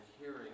hearing